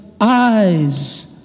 eyes